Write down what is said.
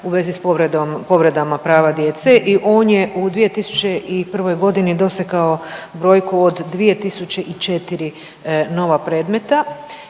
povredom, povredama prava djece i on je u 2001. godini dosegao brojku od 2.004 nova predmeta.